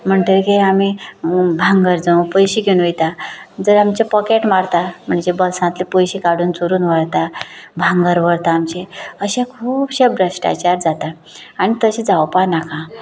म्हणटकच आमी भांगर जावं पयशे घेवन वयता जंय आमचें पॉकेट मारता म्हणजे बॉल्सांतले पयशे काडून चोरून व्हरतात भांगर व्हरता आमचें अशें खूबशे भ्रश्टाचार जाता आनी तशें जावपाक नाका